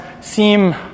seem